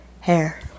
hair